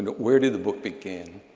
but where did the book begin?